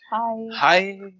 Hi